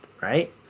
right